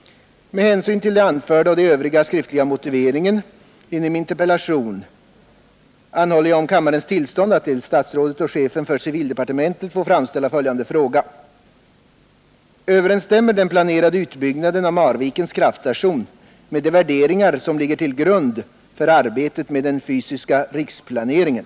Att denna planering sker till synes utan hänsynstagande till de olika faktorer som måste vara vägledande vid upprättandet av en fysisk riksplan, måste anses otillfredsställande och inge medborgarna i de aktuella områdena en stark känsla av osäkerhet. Med hänvisning till det anförda får jag anhålla om kammarens tillstånd att till herr civilministern få framställa följande fråga: Överensstämmer den planerade utbyggnaden av Marvikens kraftstation med de värderingar som ligger till grund för arbetet med den fysiska riksplaneringen?